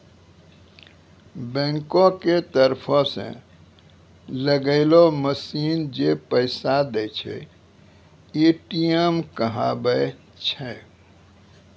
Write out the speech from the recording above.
बैंको के तरफो से लगैलो मशीन जै पैसा दै छै, ए.टी.एम कहाबै छै